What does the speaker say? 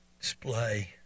display